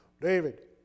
David